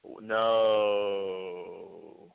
No